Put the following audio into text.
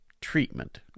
treatment